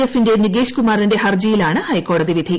എഫിന്റെ എതിർ നികേഷ് കുമാറിന്റെ ഹർജിയിലാണ് ഹൈക്കോടതി വിധി